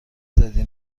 دادی